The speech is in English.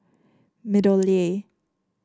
MeadowLea